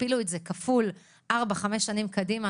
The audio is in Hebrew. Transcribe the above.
ותכפילו את זה בארבע חמש שנים קדימה,